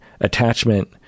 attachment